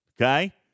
Okay